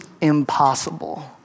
impossible